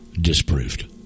disproved